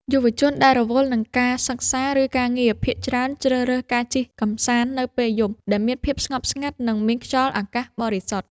យុវជនដែលរវល់នឹងការសិក្សា ឬការងារ ភាគច្រើនជ្រើសរើសការជិះកម្សាន្តនៅពេលយប់ដែលមានភាពស្ងប់ស្ងាត់ និងមានខ្យល់អាកាសបរិសុទ្ធ។